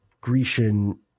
Grecian